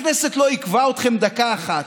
הכנסת לא עיכבה אתכם דקה אחת.